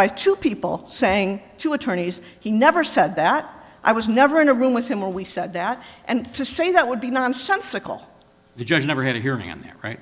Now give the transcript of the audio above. by two people saying two attorneys he never said that i was never in a room with him or we said that and to say that would be nonsensical the judge never had to hear him there right